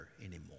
anymore